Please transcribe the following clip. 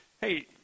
hey